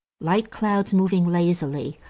light clouds moving lazily,